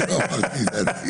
אני לא אמרתי את דעתי.